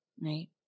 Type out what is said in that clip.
Right